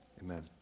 Amen